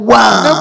one